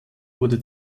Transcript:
wurde